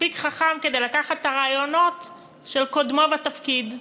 חכם מספיק לקחת את הרעיונות של קודמו בתפקיד.